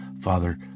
father